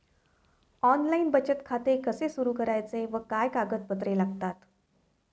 Online बचत खाते कसे सुरू करायचे व काय कागदपत्रे लागतात?